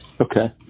Okay